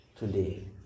Today